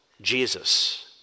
Jesus